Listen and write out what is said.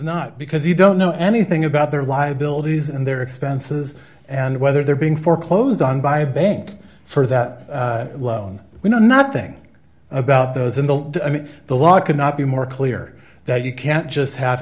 not because you don't know anything about their liabilities and their expenses and whether they're being foreclosed on by bank for that loan you know nothing about those and don't i mean the law cannot be more clear that you can't just have